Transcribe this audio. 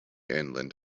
inland